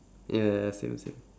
ya ya ya same same